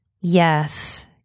yes